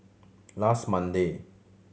last Monday